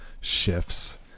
shifts